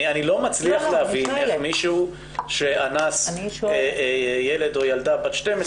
אני לא מצליח להבין איך מישהו שאנס ילד/ה בן/ת 12